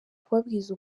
kubabwiza